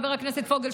חבר הכנסת פוגל,